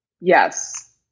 yes